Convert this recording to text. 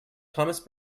thomas